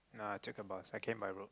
ah I took a bus I came by road